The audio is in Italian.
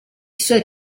suoi